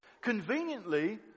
conveniently